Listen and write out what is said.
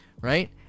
right